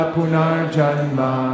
Punarjanma